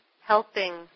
helping